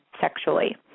sexually